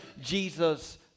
Jesus